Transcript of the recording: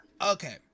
Okay